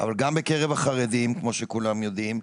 אבל גם בקרב החרדים כמו שכולם יודעים.